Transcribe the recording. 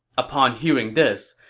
upon hearing this,